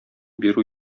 бирү